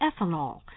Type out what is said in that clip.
ethanol